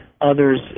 Others